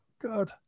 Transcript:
god